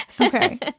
Okay